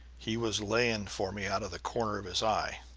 he was laying for me out of the corner of his eye,